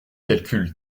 calcul